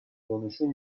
دونشون